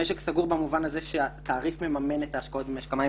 משק סגור במובן הזה שהתעריף מממן את ההשקעות במשק המים,